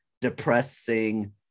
depressing